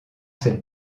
cette